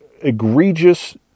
egregious